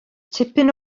tipyn